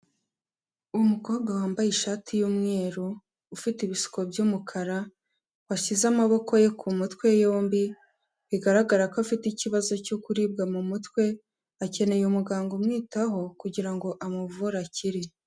Umukobwa wambaye ishati y'umweru, ufite ibisuko by'umukara, washyize amaboko ye ku mutwe yombi bigaragara ko afite ikibazo cyo kuribwa mu mutwe, akeneye umuganga umwitaho kugirango amuvure, akire.